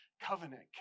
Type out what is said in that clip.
covenant